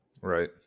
Right